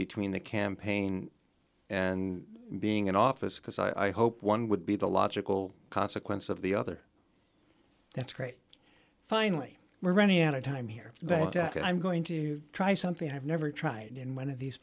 between the campaign and being in office because i hope one would be the logical consequence of the other that's great finally we're running out of time here but i'm going to try something i've never tried in one of these